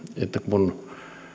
kun